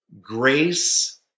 grace